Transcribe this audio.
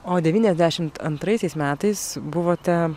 o devyniasdešim antraisiais metais buvote